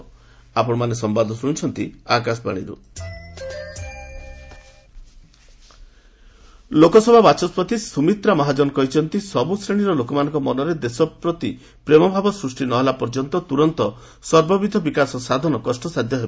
LS speaker ଲୋକସଭା ବାଚସ୍କତି ସ୍ୱମିତ୍ରା ମହାଜନ କହିଛନ୍ତି ସବ୍ ଶ୍ରେଣୀର ଲୋକମାନଙ୍କ ମନରେ ଦେଶ ପ୍ରତି ପ୍ରେମ ଭାବ ସଷ୍ଟି ନ ହେଲା ପର୍ଯ୍ୟନ୍ତ ତ୍ରରନ୍ତ ସର୍ବବିଧ ବିକାଶ ସାଧନ କଷ୍ଟସାଧ୍ୟ ହେବ